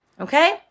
Okay